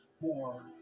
more